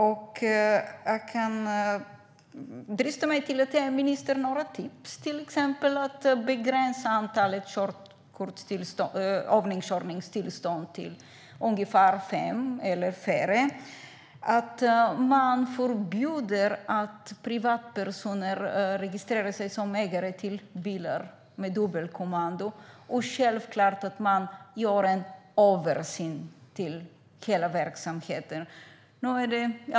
Jag kan drista mig till att ge ministern några tips, till exempel att begränsa antalet övningskörningstillstånd till ungefär fem eller färre, att förbjuda att privatpersoner registrerar sig som ägare till bilar med dubbelkommando och självklart att göra en översyn av hela verksamheten.